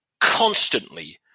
constantly